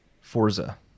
Forza